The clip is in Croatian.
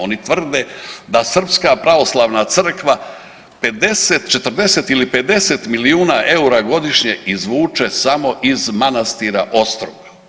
Oni tvrde da Srpska pravoslavna crkva 50, 40 ili 50 milijuna eura godišnje izvuče samo iz manastira Ostroga.